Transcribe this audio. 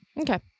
Okay